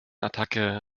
attacke